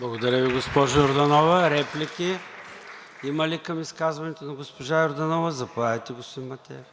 Благодаря Ви, госпожо Йорданова. Реплики има ли към изказването на госпожа Йорданова? Заповядайте, господин Матеев.